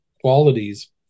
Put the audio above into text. qualities